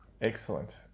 Excellent